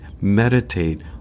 meditate